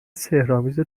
سحرآمیز